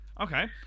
Okay